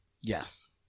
Yes